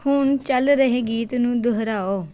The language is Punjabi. ਹੁਣ ਚੱਲ ਰਹੇ ਗੀਤ ਨੂੰ ਦੁਹਰਾਓ